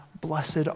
Blessed